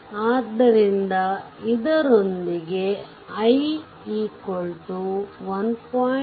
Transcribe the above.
ಆದ್ದರಿಂದ ಇದರೊಂದಿಗೆ i 1